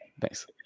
Thanks